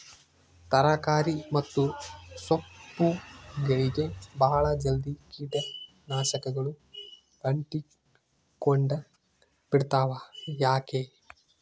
ತರಕಾರಿ ಮತ್ತು ಸೊಪ್ಪುಗಳಗೆ ಬಹಳ ಜಲ್ದಿ ಕೇಟ ನಾಶಕಗಳು ಅಂಟಿಕೊಂಡ ಬಿಡ್ತವಾ ಯಾಕೆ?